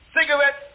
Cigarettes